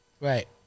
Right